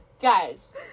Guys